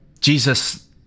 Jesus